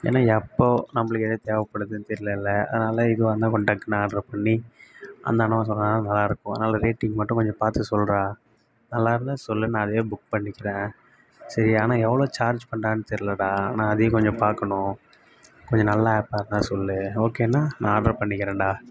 ஏனால் எப்போது நம்பளுக்கு எது தேவைப்படுதுன் தெரிலலே அதனால் இதுவாக இருந்தால் கொஞ்சம் டக்குனு ஆர்ட்ரு பண்ணி அந்த அண்ணாவும் சொல்றாங்க நல்லாயிருக்கும் அதனால ரேட்டிங் மட்டும் கொஞ்சம் பார்த்து சொல்டா நல்லாயிருந்தா சொல்லு நான் அதையே புக் பண்ணிக்கிறேன் சரி ஆனால் எவ்வளோ சார்ஜ் பண்ணுறாங்கன்னு தெரிலடா ஆனால் அதையும் கொஞ்சம் பார்க்கணும் கொஞ்சம் நல்ல ஆப்பாக இருந்தால் சொல்லு ஓகேன்னால் நான் ஆர்டர் பண்ணிக்கிறேன்டா